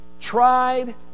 tried